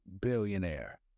billionaire